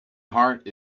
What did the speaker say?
heart